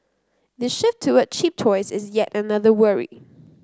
the shift toward cheap toys is yet another worry